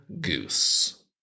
Goose